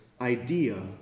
idea